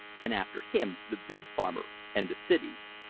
and after him the big farmer and the cities.